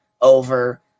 over